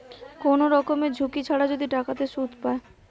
কোন রকমের ঝুঁকি ছাড়া যদি টাকাতে সুধ পায়